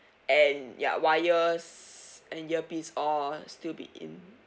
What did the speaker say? and ya wires and earpiece all still be in